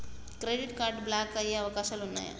Credit card block అయ్యే అవకాశాలు ఉన్నయా?